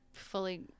fully